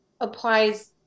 applies